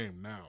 now